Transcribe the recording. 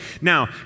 Now